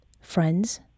friends